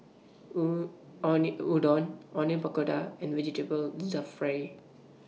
Udon Onion Pakora and Vegetable Jalfrezi